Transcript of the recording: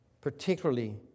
particularly